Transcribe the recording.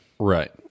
Right